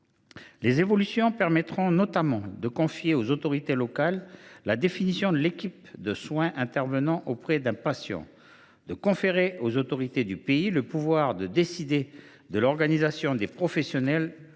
ainsi ratifiées permettront notamment de confier aux autorités locales la définition de l’équipe de soins intervenant auprès d’un patient. Elles conféreront aux autorités du pays le pouvoir de décider de l’organisation des professionnels ou